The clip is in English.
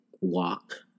walk